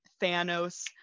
Thanos